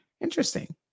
Interesting